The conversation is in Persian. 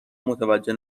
متوجه